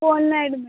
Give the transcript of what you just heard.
Polenaidu madam